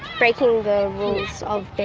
breaking the rules of being